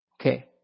Okay